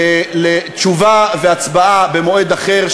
לתשובה והצבעה במועד אחר.